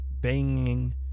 banging